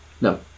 no